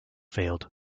failed